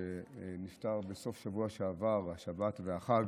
שנפטר בסוף שבוע שעבר והשבת והחג,